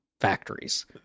factories